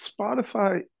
Spotify